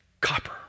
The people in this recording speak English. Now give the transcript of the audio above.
copper